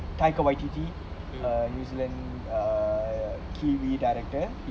taika waititi a new zealand a kiwi director